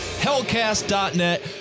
Hellcast.net